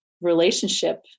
relationship